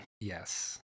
Yes